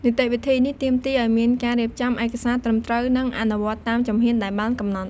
នីតិវិធីនេះទាមទារឲ្យមានការរៀបចំឯកសារត្រឹមត្រូវ និងអនុវត្តតាមជំហានដែលបានកំណត់។